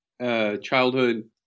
Childhood